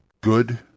good